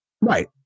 Right